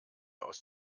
aus